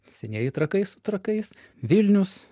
senieji trakai su trakais vilnius